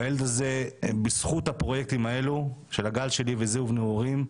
והילד הזה בזכות הפרויקטים האלו של ה"גל שלי" ו"זיו נעורים"